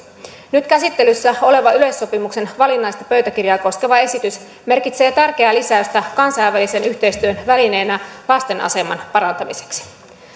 nyt käsittelyssä oleva yleissopimuksen valinnaista pöytäkirjaa koskeva esitys merkitsee tärkeää lisäystä kansainvälisen yhteistyön välineenä lasten aseman parantamiseksi